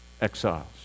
exiles